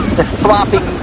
flopping